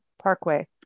parkway